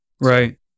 Right